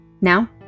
Now